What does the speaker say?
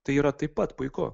tai yra taip pat puiku